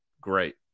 great